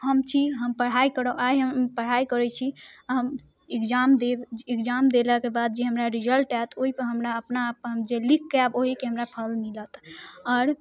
हम छी हम पढ़ाइ करब आइ हम पढ़ाइ करै छी आओर हम एग्जाम देब एग्जाम देलाके बाद जे हमरा रिजल्ट आयत ओइपर हमरा अपना आपके हम जे लिखिकऽ आयब ओहिके हमरा फल मिलत आओर